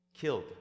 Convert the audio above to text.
killed